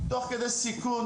תוך כדי סיכון,